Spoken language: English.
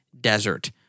desert